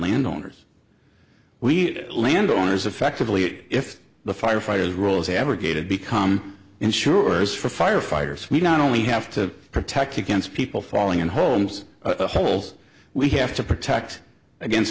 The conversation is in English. landowners we landowners effectively if the firefighters roles abrogated become insurers for firefighters we not only have to protect against people falling in homes the holes we have to protect against